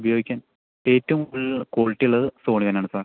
ഉപയോഗിക്കാൻ ഏറ്റവും കൂടുതൽ ക്വാളിറ്റി ഉള്ളത് സോണി തന്നെയാണ് സാർ